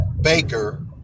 baker